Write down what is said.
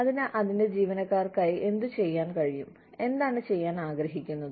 അതിന് അതിന്റെ ജീവനക്കാർക്കായി എന്തുചെയ്യാൻ കഴിയും എന്താണ് ചെയ്യാൻ ആഗ്രഹിക്കുന്നത്